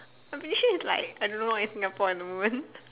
I'm pretty sure it's like I don't know what is Singapore at the moment